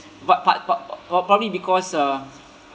but prob~ but uh probably because uh